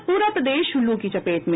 और पूरा प्रदेश लू की चपेट में